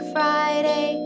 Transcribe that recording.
Friday